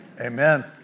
Amen